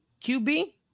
QB